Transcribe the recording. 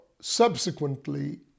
Subsequently